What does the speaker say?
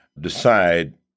decide